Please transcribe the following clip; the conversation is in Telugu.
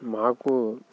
మాకు